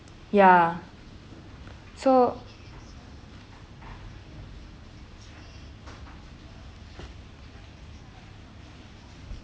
ya so